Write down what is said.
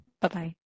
Bye-bye